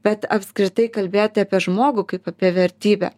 bet apskritai kalbėti apie žmogų kaip apie vertybę